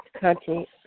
country